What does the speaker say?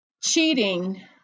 cheating